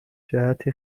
جهت